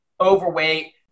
overweight